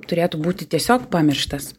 turėtų būti tiesiog pamirštas